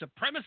supremacist